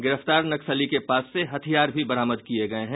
गिरफ्तार नक्सली के पास से हथियार भी बरामद किये गये हैं